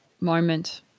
moment